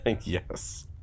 Yes